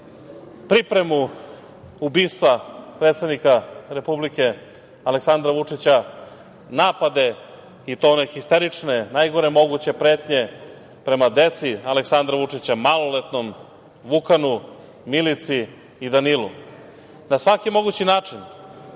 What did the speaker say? pripremu ubistva predsednika Republike Aleksandra Vučića, napade i to one histerične, najgore moguće pretnje, prema deci Aleksandra Vučića, maloletnom Vukanu, Milici i Danilu. Na svaki mogući način